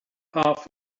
half